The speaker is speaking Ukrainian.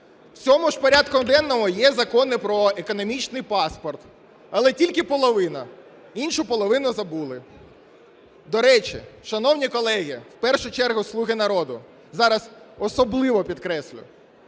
В цьому ж порядку денному є закони про економічний паспорт, але тільки половина, іншу половину забули. До речі, шановні колеги, в першу чергу "слуги народу", зараз особливо підкреслю,